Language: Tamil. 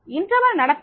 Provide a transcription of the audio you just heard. இடைவெளி நடத்தை